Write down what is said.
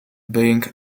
being